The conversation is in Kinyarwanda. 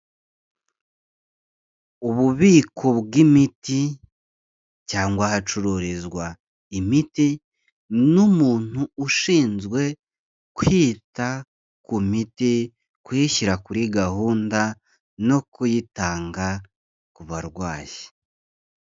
Ububiko bw'imiti cyangwa ahacururizwa imiti n'umuntu ushinzwe kwita ku miti, kuyishyira kuri gahunda no kuyitanga ku barwayi.